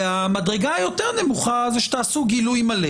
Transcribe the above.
והמדרגה היותר נמוכה זה שתעשו גילוי מלא